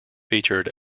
featured